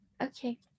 Okay